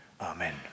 Amen